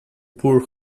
poor